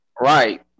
Right